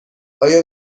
آیا